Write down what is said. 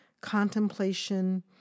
contemplation